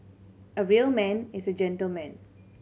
a real man is a gentleman